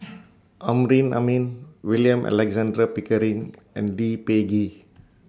Amrin Amin William Alexander Pickering and Lee Peh Gee